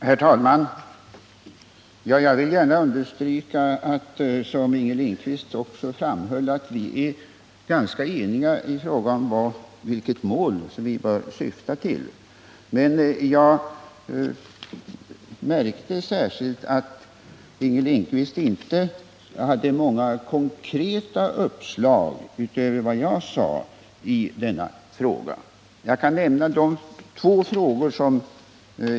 Herr talman! Jag vill gärna understryka vad också Inger Lindquist framhöll, att vi är ganska eniga om vilket mål vi bör syfta till. Jag märkte särskilt att Inger Lindquist inte hade många konkreta uppslag i denna fråga utöver vad jag angav.